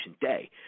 day